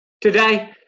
today